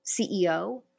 CEO